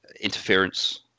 interference